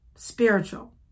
spiritual